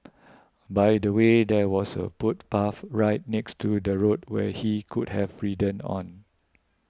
by the way there was a footpath right next to the road where he could have ridden on